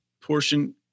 portion